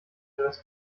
etwas